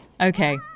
Okay